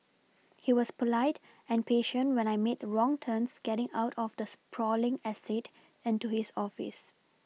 he was polite and patient when I made wrong turns getting out of the sprawling estate and to his office